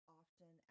often